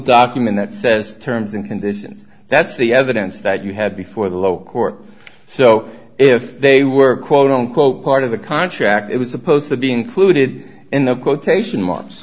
document that says terms and conditions that's the evidence that you had before the lower court so if they were quote unquote part of the contract it was supposed to be included in the quotation marks